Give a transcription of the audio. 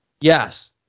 Yes